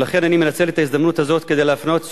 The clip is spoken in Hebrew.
ולכן אני מנצל את ההזדמנות הזאת כדי להפנות את